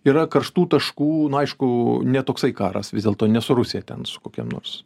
yra karštų taškų nu aišku ne toksai karas vis dėlto ne su rusija ten su kokiom nors